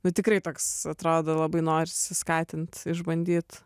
nu tikrai toks atrodo labai norisi skatint išbandyt